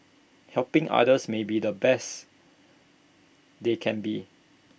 helping others maybe the best they can be